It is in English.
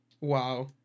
Wow